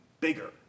bigger